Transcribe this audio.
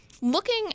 looking